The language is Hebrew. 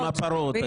הם הפרות,